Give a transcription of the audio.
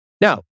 Now